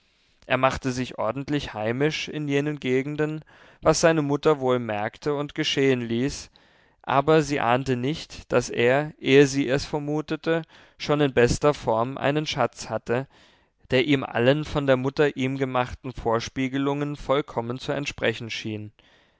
er machte sich ordentlich heimisch in jenen gegenden was seine mutter wohl merkte und geschehen ließ aber sie ahnte nicht daß er ehe sie es vermutete schon in bester form einen schatz hatte der ihm allen von der mutter ihm gemachten vorspiegelungen vollkommen zu entsprechen schien